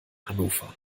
hannover